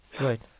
right